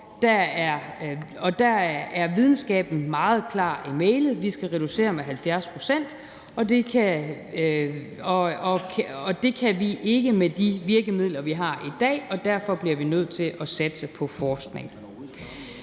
der er videnskaben meget klar i mælet: Vi skal reducere med 70 pct., og det kan vi ikke med de virkemidler, vi har i dag, og derfor bliver vi nødt til at satse på forskning.